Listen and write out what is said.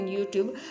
YouTube